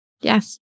Yes